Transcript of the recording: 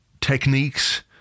techniques